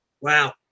Wow